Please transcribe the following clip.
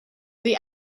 the